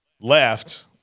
left